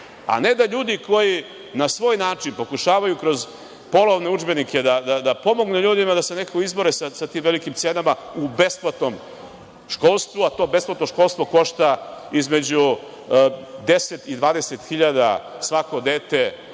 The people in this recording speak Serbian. a ne da ljudi koji na svoj način pokušavaju kroz polovne udžbenike da pomognu ljudima da se nekako izbore sa tim velikim cenama u besplatnom školstvu, a to besplatno školstvo košta između 10 i 20 hiljada svako dete